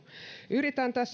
yritän